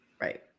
Right